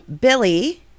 Billy